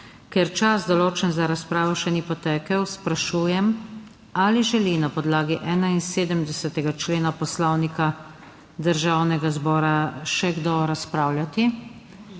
Ker čas, določen za razpravo, še ni potekel, sprašujem ali želi na podlagi 71. člena Poslovnika Državnega zbora še kdo razpravljati?